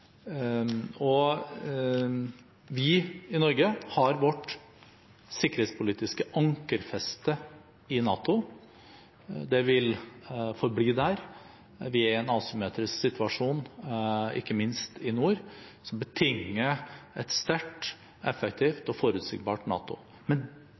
Vi i Norge har vårt sikkerhetspolitiske ankerfeste i NATO. Det vil forbli der. Vi er i en asymmetrisk situasjon ikke minst i nord, som betinger et sterkt, effektivt og forutsigbart NATO. Men